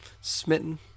smitten